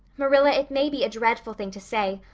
marilla, it may be a dreadful thing to say,